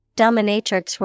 Dominatrix